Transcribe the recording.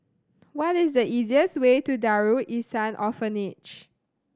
what is the easiest way to Darul Ihsan Orphanage